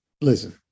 Listen